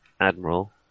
Admiral